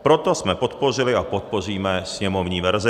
Proto jsme podpořili a podpoříme sněmovní verzi.